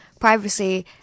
privacy